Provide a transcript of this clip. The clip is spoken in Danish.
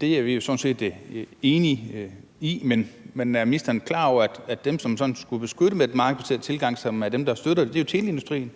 Det er vi jo sådan set enige i, men er ministeren klar over, at dem, som vi sådan skulle beskytte med en markedsbaseret tilgang, og som jo er dem, der støtter det, er teleindustrien,